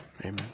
Amen